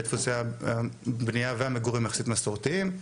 ודפוסי הבנייה והמגורים יחסית מסורתיים,